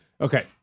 Okay